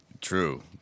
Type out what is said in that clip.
True